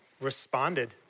responded